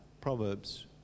Proverbs